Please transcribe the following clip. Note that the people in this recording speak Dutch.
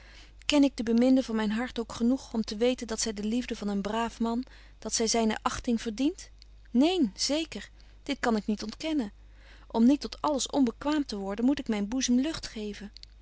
ken ik de beminde van myn hart ook genoeg om te weten dat zy de liefde van een braaf man dat zy zyne achting verdient neen zeker dit kan ik niet ontkennen om niet tot alles onbekwaam te worden moet ik myn boezem lucht geven